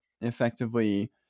effectively